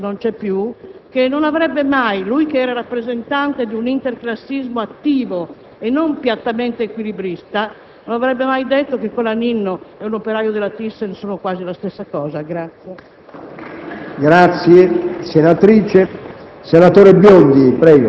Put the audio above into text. Devo dire invece a suo vantaggio, e sono certo di interpretarlo anche se non c'è più, che egli non avrebbe mai detto - lui che era rappresentante di un interclassismo attivo e non piattamente equilibrista - che Colaninno e un operaio della ThyssenKrupp sono quasi la stessa cosa.